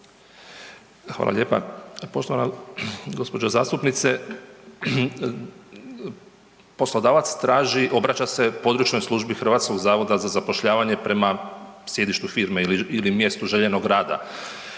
Hvala lijepa. Poštovana gđo. zastupnice. Poslodavac traži, obraća se područnoj službi HZZ-a prema sjedištu firme ili mjestu željenog rada.